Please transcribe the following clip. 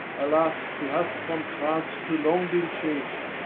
alas, shee hath from france too long been chas'd,